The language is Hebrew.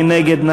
מי נגד?